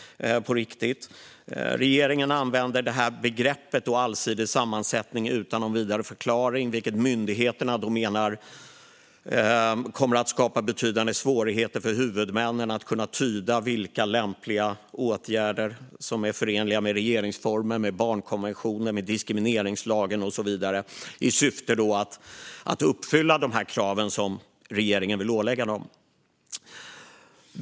Regeringen använder begreppet "allsidig sammansättning" utan vidare förklaring, vilket myndigheterna menar kommer att skapa betydande svårigheter för huvudmännen att kunna tolka vilka lämpliga åtgärder som är förenliga med regeringsformen, barnkonventionen, diskrimineringslagen och så vidare i syfte att uppfylla de krav som regeringen vill ålägga dem.